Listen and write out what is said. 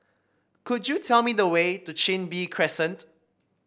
could you tell me the way to Chin Bee Crescent